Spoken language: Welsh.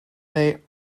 neu